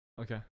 Okay